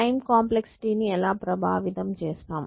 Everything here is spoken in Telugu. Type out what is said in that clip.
టైం కాంప్లెక్సిటీ ని ఎలా ప్రభావితం చేస్తాం